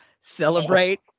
Celebrate